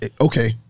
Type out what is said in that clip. okay